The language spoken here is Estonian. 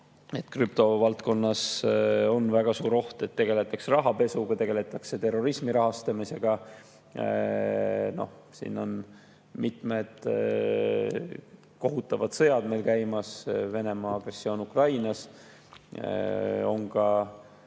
et krüptovaldkonnas on väga suur oht, et tegeldakse rahapesuga, tegeldakse terrorismi rahastamisega. Mitmed kohutavad sõjad on käimas, Venemaa agressioon Ukrainas. On ka